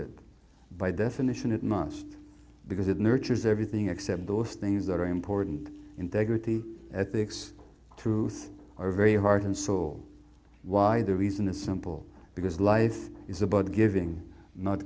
it by definition it must because it nurtures everything except those things that are important integrity ethics truth are very heart and soul why the reason is simple because life is about giving not